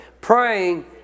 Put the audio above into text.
Praying